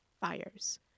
fires